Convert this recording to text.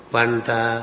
Panta